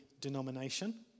denomination